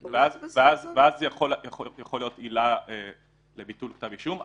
ואז יכולה להיות עילה לביטול כתב אישום.